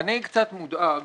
אני קצת מודאג